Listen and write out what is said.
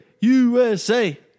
USA